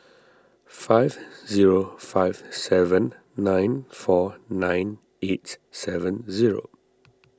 five zero five seven nine four nine eight seven zero